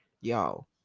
y'all